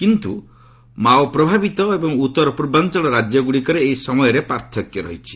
କିନ୍ତୁ ମାଓ ପ୍ରଭାବିତ ଏବଂ ଉତ୍ତର ପର୍ବାଞ୍ଚଳ ରାଜ୍ୟଗ୍ରଡ଼ିକରେ ଏହି ସମୟରେ ପାର୍ଥକ୍ୟ ରହିଛି